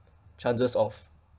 chances of